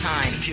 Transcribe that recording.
Time